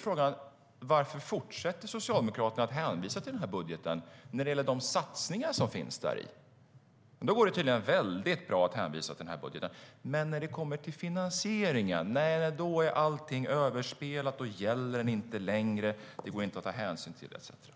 Frågan är då: Varför fortsätter Socialdemokraterna att hänvisa till den budgeten när det gäller de satsningar som finns i den? Då går det tydligen väldigt bra att hänvisa till den. När det kommer till finansieringar är dock allting överspelat; budgeten gäller inte längre, det går inte att ta hänsyn till den etcetera.